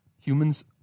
humans